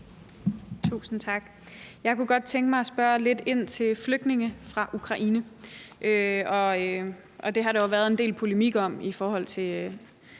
Tusind tak. Jeg kunne godt tænke mig at spørge lidt ind til det om flygtninge fra Ukraine. Det har der jo været en del polemik om i forbindelse